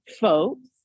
folks